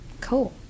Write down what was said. Cool